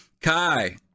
Kai